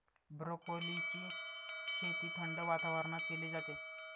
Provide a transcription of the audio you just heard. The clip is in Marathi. ब्रोकोलीची शेती थंड वातावरणात केली जाते